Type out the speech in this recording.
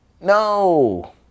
No